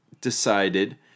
decided